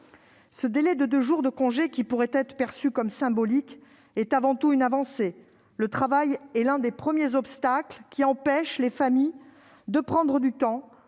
La durée de ce congé, qui pourrait être perçue comme symbolique, est avant tout une avancée. Le travail est l'un des premiers obstacles qui empêchent les familles de prendre du temps